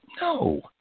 No